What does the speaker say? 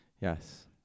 Yes